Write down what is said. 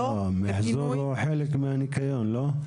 המחזור הוא חלק מהניקיון, לא?